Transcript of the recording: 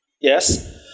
Yes